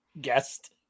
guest